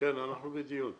כן, אנחנו בדיון.